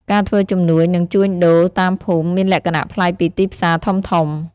ការធ្វើជំនួញនិងជួញដូរតាមភូមិមានលក្ខណៈប្លែកពីទីផ្សារធំៗ។